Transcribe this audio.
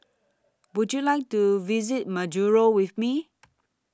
Would YOU like to visit Majuro with Me